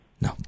No